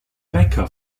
bäcker